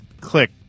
click